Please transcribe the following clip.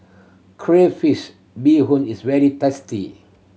crayfish beehoon is very tasty